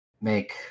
make